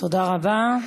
תודה רבה.